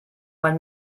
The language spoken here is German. mein